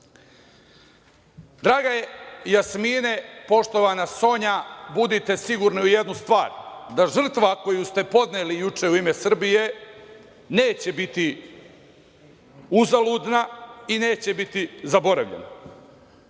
Jasmine, poštovana Sonja budite sigurne u jednu stvar, da žrtva koju ste podneli juče u ime Srbije neće biti uzaludna i neće biti zaboravljena.